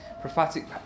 prophetic